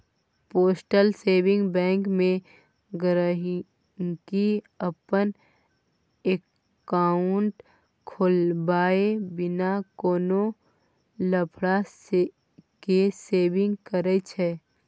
postal saving bank मे गांहिकी अपन एकांउट खोलबाए बिना कोनो लफड़ा केँ सेविंग करय छै